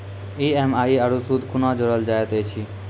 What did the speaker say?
EMI आरू सूद कूना जोड़लऽ जायत ऐछि?